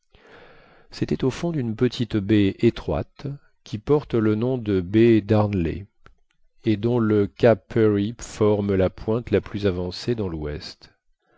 c'était au fond d'une petite baie étroite qui porte le nom de baie darnley et dont le cap parry forme la pointe la plus avancée dans l'ouest